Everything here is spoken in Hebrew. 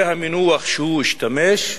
זה המינוח שהוא השתמש בו,